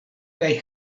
kaj